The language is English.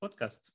podcast